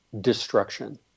destruction